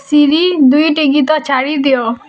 Siri ଦୁଇଟି ଗୀତ ଛାଡ଼ି ଦିଅ